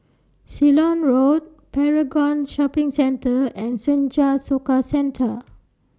Ceylon Road Paragon Shopping Centre and Senja Soka Centre